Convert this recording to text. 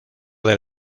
del